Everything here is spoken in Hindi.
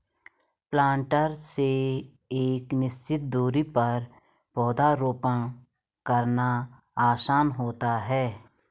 प्लांटर से एक निश्चित दुरी पर पौधरोपण करना आसान होता है